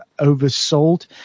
oversold